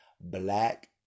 Black